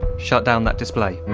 shut down that display,